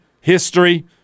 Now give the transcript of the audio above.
history